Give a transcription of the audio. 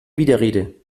widerrede